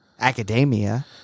academia